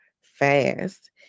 fast